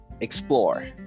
explore